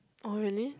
oh really